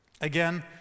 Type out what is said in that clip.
Again